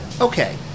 Okay